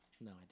No